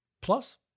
Plus